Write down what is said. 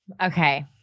okay